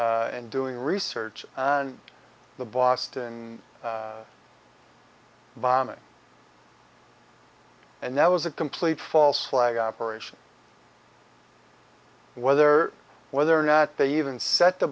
and doing research on the boston bombing and that was a complete false flag operation whether whether or not they even set the